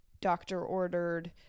doctor-ordered